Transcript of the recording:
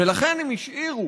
ולכן הם השאירו